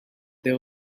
there